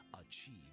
achieve